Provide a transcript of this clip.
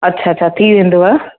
अच्छा अच्छा अच्छा थी वेंदुव